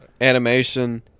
Animation